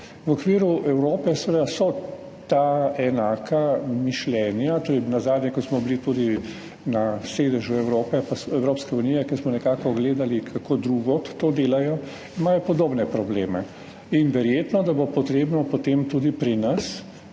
V okviru Evrope seveda so enaka mišljenja. Nazadnje ko smo bili tudi na sedežu Evropske unije, ko smo nekako gledali, kako drugod to delajo – imajo podobne probleme. Verjetno bo potrebno potem tudi pri nas